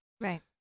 Right